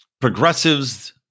progressives